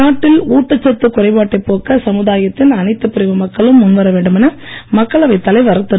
நாட்டில் ஊட்டச் சத்து குறைபாட்டைப் போக்க சமுதாயத்தின் அனைத்துப் பிரிவு மக்களும் முன்வர வேண்டும் என மக்களவைக் தலைவர் திரு